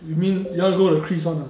you mean you wanna go the kris [one] ah